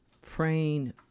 praying